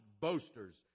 boasters